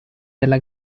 della